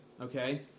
okay